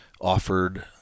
offered